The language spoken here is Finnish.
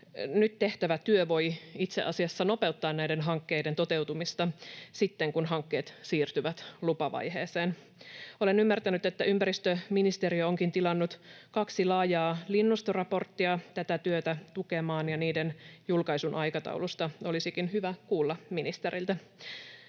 Nyt tehtävä työ voi itse asiassa nopeuttaa näiden hankkeiden toteutumista sitten, kun hankkeet siirtyvät lupavaiheeseen. Olen ymmärtänyt, että ympäristöministeriö onkin tilannut kaksi laajaa linnustoraporttia tätä työtä tukemaan, ja niiden julkaisun aikataulusta olisikin hyvä kuulla ministeriltä.